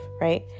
right